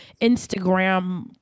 Instagram